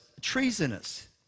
treasonous